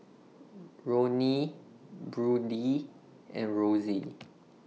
Ronnie Brodie and Rosy